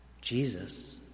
Jesus